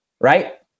right